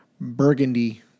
Burgundy